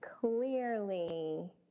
Clearly